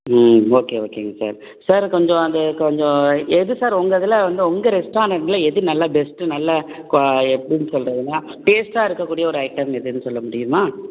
ம் ஓகே ஓகேங்க sir sir கொஞ்சம் அது கொஞ்சம் எது சார் உங்கள் இதில் வந்து உங்கள் ரெஸ்டாரெண்ட்டில எது நல்ல பெஸ்ட்டு நல்ல குவா எப்படி சொல்லுறதுன்னா டேஸ்ட்டாக இருக்கக்கூடிய ஒரு ஐட்டம் எதுன்னு சொல்ல முடியுமா